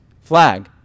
flag